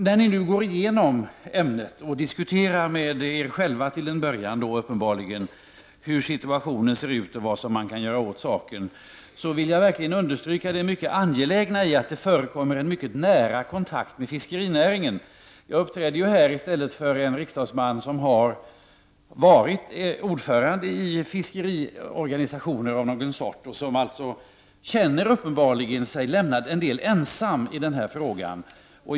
När ni nu går igenom ämnet och till en början uppenbarligen diskuterar med er själva om hur situationen ser ur och vad man kan göra, vill jag verkligen understryka det mycket angelägna i att det förekommer mycket nära kontakt med fiskerinäringen. Jag deltar i diskussionen här i stället för en riksdagsman som har varit ordförande i fiskeriorganisationer och som uppenbarligen känner sig delvis lämnad ensam i denna fråga.